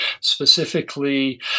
specifically